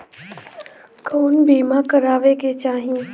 कउन बीमा करावें के चाही?